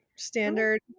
standard